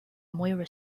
moira